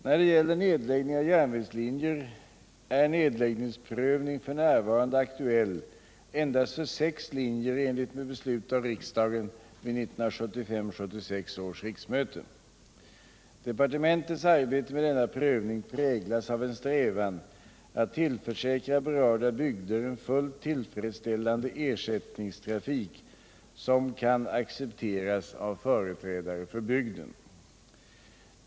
När det gäller nedläggning av järnvägslinjer är nedläggningsprövning f. n. aktuell endast för sex linjer i enlighet med beslut av riksdagen vid 1975/76 års riksmöte. Departementets arbete med denna prövning präglas av en strävan att tillförsäkra berörda bygder en fullt tillfredsställande ersättningstrafik som kan accepteras av företrädare för bygden.